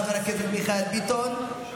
חבר הכנסת מיכאל ביטון,